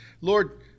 Lord